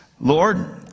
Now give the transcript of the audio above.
Lord